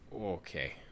Okay